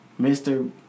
Mr